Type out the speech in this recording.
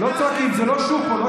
לא צועקים, זה לא שוק פה.